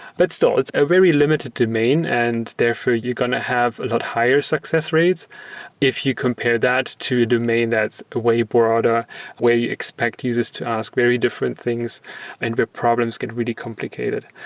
but still, it's a very limited domain, and therefore you're going to have lot higher success rates if you compare that to domain that's way broader where you expect users to ask very different things and where problems get really complicated.